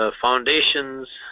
ah foundations,